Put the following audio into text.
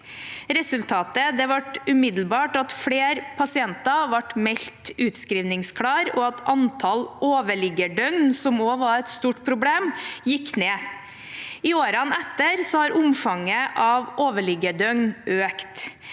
Resultatet ble umiddelbart at flere pasienter ble meldt utskrivningsklare, og at antall overliggerdøgn, som også var et stort problem, gikk ned. I årene etter har omfanget av overliggerdøgn økt.